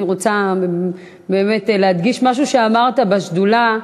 אני רוצה באמת להדגיש משהו שאמרת בשדולה.